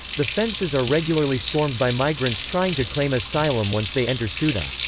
the fences are regularly stormed by migrants trying to claim asylum once they enter so ceuta.